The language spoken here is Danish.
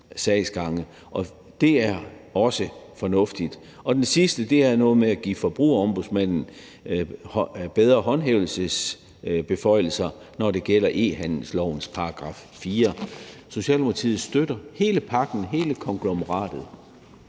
sagsgange, og det er også fornuftigt. Det sidste er noget med at give Forbrugerombudsmanden bedre håndhævelsesbeføjelser, når det gælder e-handelslovens § 4. Socialdemokratiet støtter hele pakken, hele konglomeratet